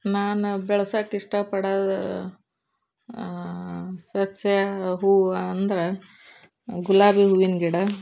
ನಾನು ಬೆಳ್ಸಕೆ ಇಷ್ಟಪಡೋದು ಸಸ್ಯ ಹೂವು ಅಂದ್ರೆ ಗುಲಾಬಿ ಹೂವಿನ ಗಿಡ